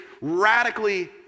radically